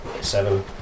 seven